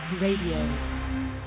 Radio